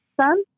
son